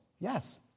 Yes